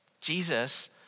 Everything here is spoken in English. Jesus